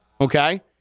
okay